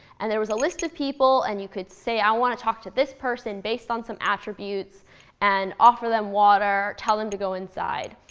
and there was a list of people. and you could say, i want to talk to this person based on some attributes and offer them water, tell them to go inside.